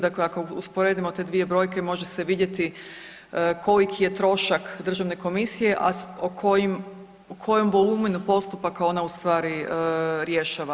Dakle, ako usporedimo te dvije brojke može se vidjeti koliki je trošak Državne komisije, a o kojem volumenu postupaka u stvari rješava.